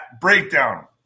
breakdown